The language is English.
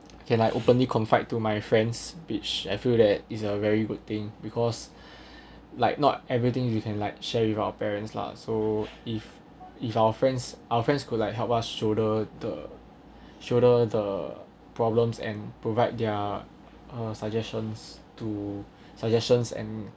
can like openly confide to my friends which I feel that is a very good thing because like not everything you can like share with our parents lah so if if our friends our friends could like help us shoulder the shoulder the problems and provide their uh suggestions to suggestions and